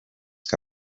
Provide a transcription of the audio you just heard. que